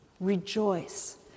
rejoice